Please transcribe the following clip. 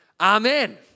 Amen